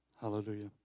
Hallelujah